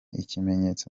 ikimenyabose